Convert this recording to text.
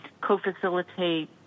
co-facilitate